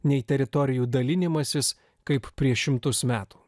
nei teritorijų dalinimasis kaip prieš šimtus metų